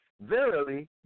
Verily